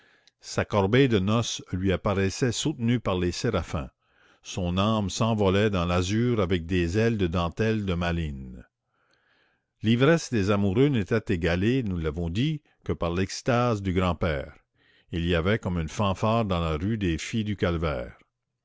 sa corbeille de noces lui apparaissait soutenue par les séraphins son âme s'envolait dans l'azur avec des ailes de dentelle de malines l'ivresse des amoureux n'était égalée nous l'avons dit que par l'extase du grand-père il y avait comme une fanfare dans la rue des